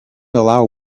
allow